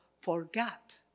forgot